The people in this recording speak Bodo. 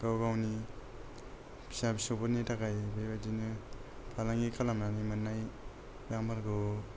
गाव गावनि फिसा फिसौफोरनि थाखाय बेबादिनो फालांगि खालामनानै मोननाय रांफोरखौ